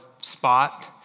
spot